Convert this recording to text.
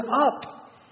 up